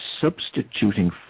substituting